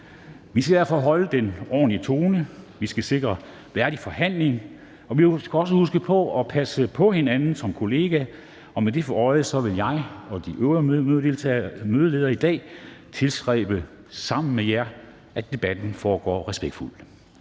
Vi skal derfor holde den ordentlige tone, vi skal sikre en værdig forhandling, og vi skal også huske på at passe på hinanden som kollegaer. Og med det for øje vil jeg og de øvrige mødeledere i dag tilstræbe – sammen med jer – at debatten foregår respektfuldt.